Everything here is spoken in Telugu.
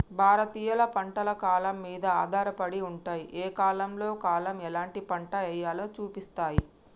భారతీయ పంటలు కాలం మీద ఆధారపడి ఉంటాయి, ఏ కాలంలో కాలం ఎలాంటి పంట ఎయ్యాలో సూపిస్తాయి